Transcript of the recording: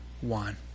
one